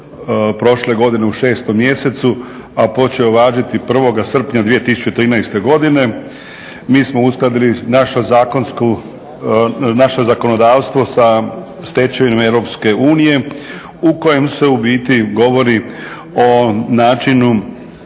prošle godine u 6. mjesecu a počeo je važiti 1. srpnja 2013. godine mi smo uskladili našu zakonsku, naše zakonodavstvo sa stečevinom Europske unije u kojem se u biti govori o načinu